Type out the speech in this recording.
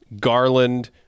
Garland